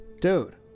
dude